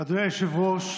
אדוני היושב-ראש,